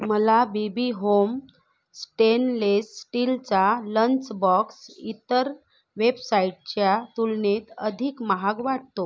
मला BB home stainless स्टीलचा lunch box इतर वेबसाइटच्या तुलनेत अधिक महाग वाटतो